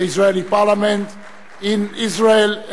the Israeli parliament in Israel,